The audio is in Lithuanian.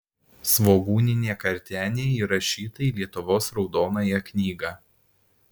svogūninė kartenė įrašyta į lietuvos raudonąją knygą